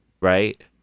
right